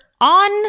on